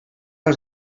als